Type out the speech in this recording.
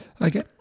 Okay